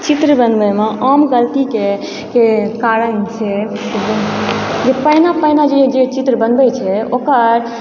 चित्र बनबैमे आम गलतीके कारण छै पहिले पहिले जे चित्र बनबै छै ओकर